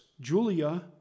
Julia